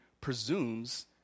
presumes